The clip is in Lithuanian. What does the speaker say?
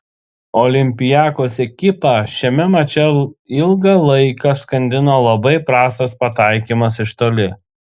olympiakos ekipą šiame mače ilgą laiką skandino labai prastas pataikymas iš toli